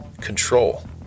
Control